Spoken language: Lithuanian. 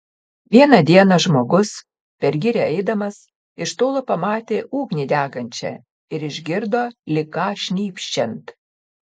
vieną dieną žmogus per girią eidamas iš tolo pamatė ugnį degančią ir išgirdo lyg ką šnypščiant